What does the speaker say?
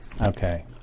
Okay